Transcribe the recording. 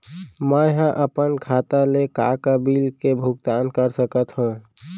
मैं ह अपन खाता ले का का बिल के भुगतान कर सकत हो